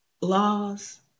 laws